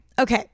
Okay